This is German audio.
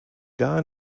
gar